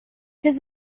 his